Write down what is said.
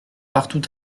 partout